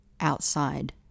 outside